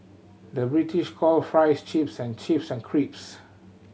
the British call fries chips and chips and